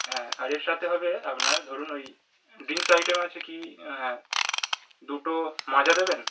হ্যাঁ আর এর সাথে হবে আপনার ধরুন ওই ড্রিঙ্কস আইটেম আছে কি অ্যাঁ দুটো মাজা দেবেন